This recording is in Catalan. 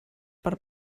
per